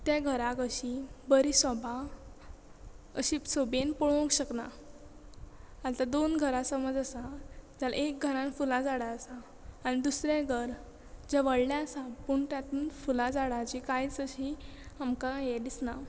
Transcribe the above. त्या घराक अशी बरी सोबा अशी सोबेन पळोवंक शकना आतां दोन घरां समज आसा जाल्यार एका घरान फुलां झाडां आसा आनी दुसरें घर जें व्हडलें आसा पूण तातून फुलां झाडांची कांयच अशी आमकां हें दिसना